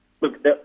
Look